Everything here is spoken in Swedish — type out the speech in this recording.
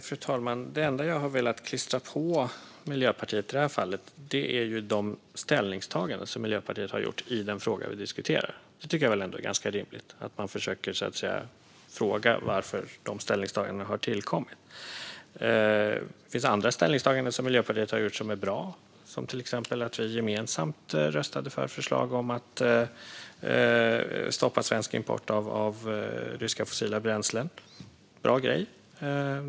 Fru talman! Det enda jag har velat klistra på Miljöpartiet i detta fall är de ställningstaganden som Miljöpartiet har gjort i den fråga vi diskuterar. Det tycker jag ändå är ganska rimligt - att man försöker fråga varför de ställningstagandena har tillkommit. Det finns andra ställningstaganden som Miljöpartiet har gjort som är bra, som till exempel när vi gemensamt röstade för förslag om att stoppa svensk import av ryska fossila bränslen. Bra grej!